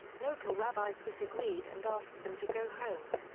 local rabbis disagreed and asked them to go home.